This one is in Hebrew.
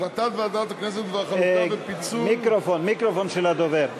החלטת ועדת הכנסת, מיקרופון, מיקרופון של הדובר.